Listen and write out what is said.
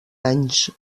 anys